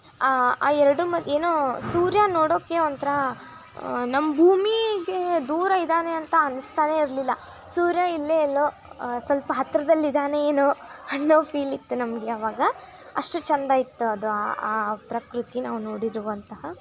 ಆ ಆ ಎರಡರ ಮದ ಏನೋ ಸೂರ್ಯ ನೋಡೋಕೆ ಒಂಥರ ನಮ್ಮ ಭೂಮಿಗೆ ದೂರ ಇದ್ದಾನೆ ಅಂತ ಅನಿಸ್ತನೇ ಇರಲಿಲ್ಲ ಸೂರ್ಯ ಇಲ್ಲೇ ಎಲ್ಲೋ ಸ್ವಲ್ಪ ಹತ್ರದಲ್ಲಿ ಇದ್ದಾನೆ ಏನೋ ಅನ್ನೋ ಫೀಲ್ ಇತ್ತು ನಮಗೆ ಆವಾಗ ಅಷ್ಟು ಚೆಂದ ಇತ್ತು ಅದು ಆ ಆ ಪ್ರಕೃತಿ ನಾವು ನೋಡಿರುವಂತಹ